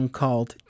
called